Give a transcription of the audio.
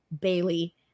Bailey